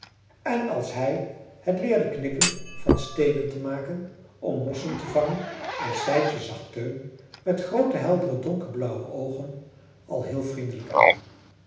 en als hij het leerde knippen van steenen te maken om mosschen te vangen en sijtje zag teun met groote heldere donkerblauwe oogen al heel vriendelijk aan